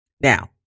Now